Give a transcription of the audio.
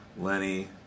lenny